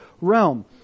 realm